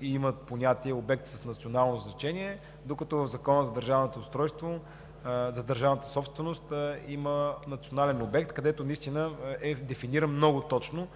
и има понятие „обект с национално значение“, докато в Закона за държавната собственост има „национален обект“, който наистина е дефиниран много точно.